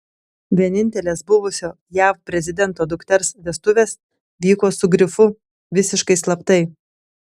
vienintelės buvusio jav prezidento dukters vestuvės vyko su grifu visiškai slaptai